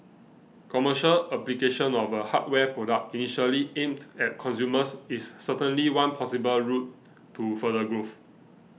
commercial application of a hardware product initially aimed at consumers is certainly one possible route to further growth